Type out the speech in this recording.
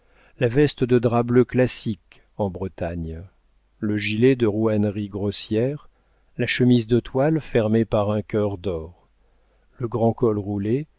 la veste de drap bleu classique en bretagne le gilet de rouennerie grossière la chemise de toile fermée par un cœur d'or le grand col roulé